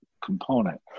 component